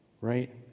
Right